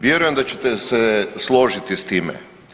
Vjerujem da ćete se složiti sa time.